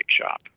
shop